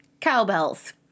Cowbells